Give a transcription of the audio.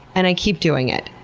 and i keep doing it!